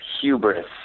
hubris